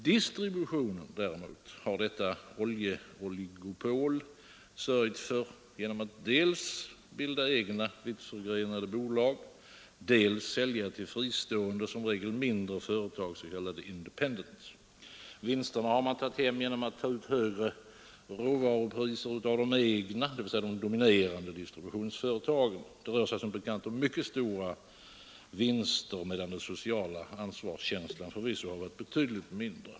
Distributionen däremot har detta oljeoligopol sörjt för genom att dels bilda egna vittförgrenade bolag, dels sälja till fristående — som regel mindre — företag, s.k. independents. Vinsterna har man tagit hem genom att ta ut högre råvarupriser av de egna, dvs. de dominerande distributionsföretagen. Det rör sig som bekant om mycket stora vinster, medan den sociala ansvarskänslan förvisso varit betydligt mindre.